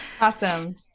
Awesome